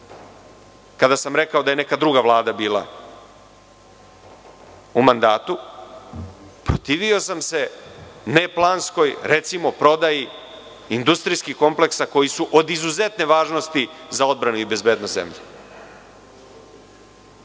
kada sam rekao da je neka druga Vlada bila u mandatu. Protivio sam se neplanskoj, recimo, prodaji industrijskih kompleksa koji su od izuzetne važnosti za odbranu i bezbednost zemlje.